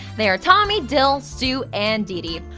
they are tommy, dil, stu, and didi.